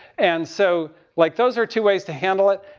and so like, those are two ways to handle it.